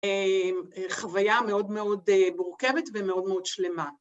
חוויה מאוד מאוד מורכבת ומאוד מאוד שלמה.